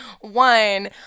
one